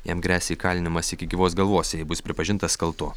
jam gresia įkalinimas iki gyvos galvos jei bus pripažintas kaltu